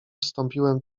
wstąpiłem